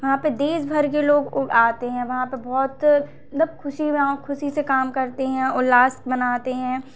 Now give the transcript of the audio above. वहां पे देश भर के लोग आते हैं वहां पे बहुत मतलब खुशी में खुशी से काम करते हैं उल्लास मनाते हैं